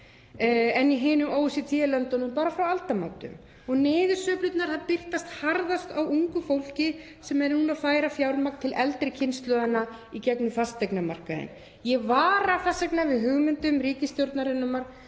en í hinum OECD-löndunum bara frá aldamótum og niðursveiflurnar bitna harðast á ungu fólki sem er núna að færa fjármagn til eldri kynslóðanna í gegnum fasteignamarkaðinn. Ég vara þess vegna við hugmyndum ríkisstjórnarinnar